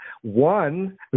one